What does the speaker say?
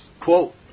Quote